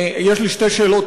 יש לי שתי שאלות,